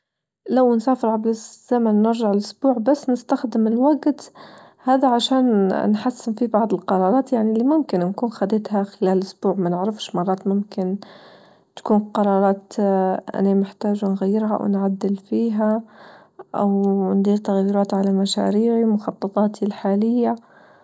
لو نسافر عبر الزمن نرجع لأسبوع بس نستخدم الوجت هذا عشان نحسن فيه بعض القرارات يعني اللي ممكن نكون خديتها خلال أسبوع ما نعرفش مرات ممكن تكون قرارات أني محتاجة نغيرها أونعدل فيها أو ندير تغييرات على مشاريعي ومخططاتي الحالية.